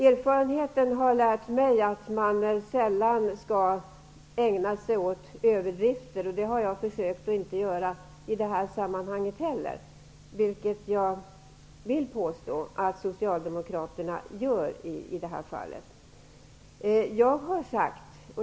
Erfarenheten har lärt mig att man sällan skall ägna sig åt överdrifter. Det har jag försökt att inte göra i detta sammanhang heller, vilket jag vill påstå att Socialdemokraterna gjort i detta fall.